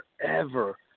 forever